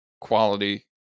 quality